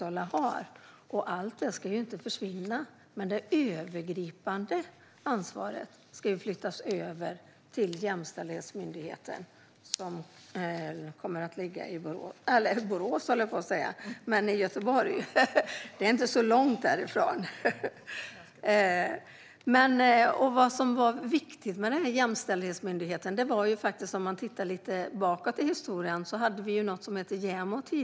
Allt det ska inte försvinna, men det övergripande ansvaret ska flyttas över till jämställdhetsmyndigheten, som kommer att ligga i Göteborg. Det viktiga med jämställdhetsmyndigheten finns lite bakåt i historien. Då fanns något som hette JämO.